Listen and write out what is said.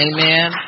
Amen